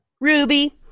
Ruby